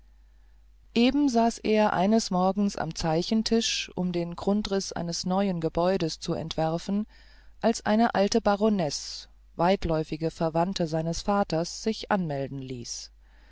eben saß er eines morgens am zeichentisch um den grundriß eines neuen gebäudes zu entwerfen als eine alte baronesse weitläuftige verwandte seines vaters sich anmelden ließ